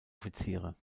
offiziere